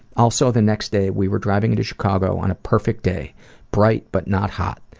also, the next day we were driving to chicago on a perfect day bright but not hot.